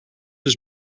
dus